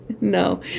No